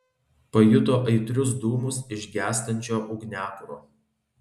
pajuto aitrius dūmus iš gęstančio ugniakuro